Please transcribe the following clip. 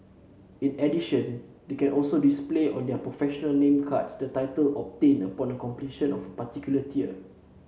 in addition they can also display on their professional name cards the title obtained upon completion of particular tier